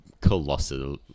colossal